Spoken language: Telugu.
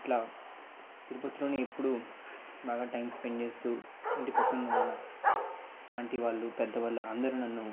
ఇట్లా తిరుపతిలోనే ఎప్పుడూ బాగా టైం స్పెండ్ చేస్తూ ఇంటి ప్రక్కనవాళ్ళ ఆంటీ వాళ్ళు పెద్దవాళ్ళ అందరూ నన్ను